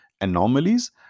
anomalies